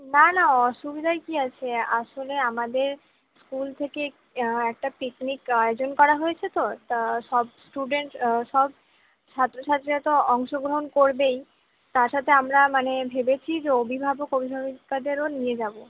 না না অসুবিধার কী আছে আসলে আমাদের স্কুল থেকে একটা পিকনিক আয়োজন করা হয়েছে তো তা সব স্টুডেন্ট সব ছাত্রছাত্রীরা তো অংশগ্রহণ করবেই তার সাথে আমরা মানে ভেবেছি যে অভিভাবক অভিভাবিকাদেরও নিয়ে যাব